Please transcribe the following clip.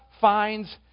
finds